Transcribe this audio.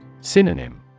Synonym